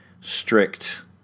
strict